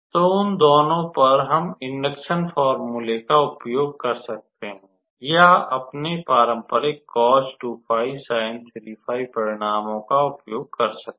तो उन दोनों पर हम इंडक्शन फॉर्मूला का उपयोग कर सकते हैं या अपने पारंपरिक परिणामों का उपयोग कर सकते हैं